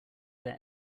their